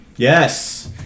Yes